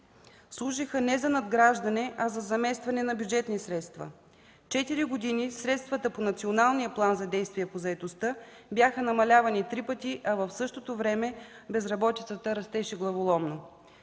служеха не за надграждане, а за заместване на бюджетни средства. Четири години средствата по Националния план за действие по заетостта бяха намалявани три пъти, в същото време безработицата растеше главоломно.